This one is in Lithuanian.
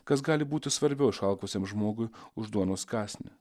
kas gali būti svarbiau išalkusiam žmogui už duonos kąsnį